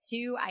two